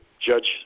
judge